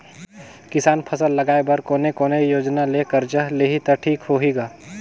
किसान फसल लगाय बर कोने कोने योजना ले कर्जा लिही त ठीक होही ग?